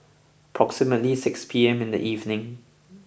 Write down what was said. approximately six P M in the evening